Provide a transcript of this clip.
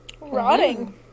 Rotting